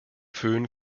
föhn